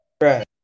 right